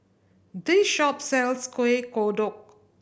this shop sells Kueh Kodok